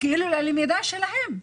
ללמידה שלהם.